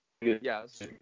Yes